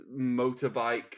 motorbike